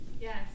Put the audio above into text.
yes